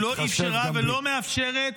לא אפשרה ולא מאפשרת